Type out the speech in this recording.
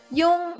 yung